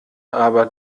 aber